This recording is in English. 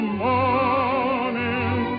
morning